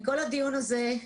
מכל הדיון הזה,